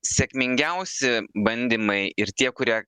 sėkmingiausi bandymai ir tie kurie